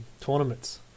tournaments